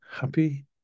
happy